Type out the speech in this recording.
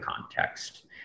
context